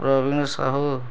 Praveen Sahu